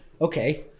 okay